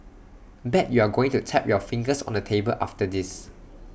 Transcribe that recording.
bet you're going to tap your fingers on the table after this